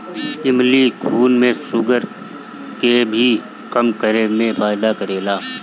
इमली खून में शुगर के भी कम करे में फायदा करेला